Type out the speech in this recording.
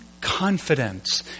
confidence